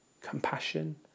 compassion